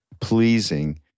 pleasing